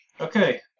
Okay